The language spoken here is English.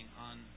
on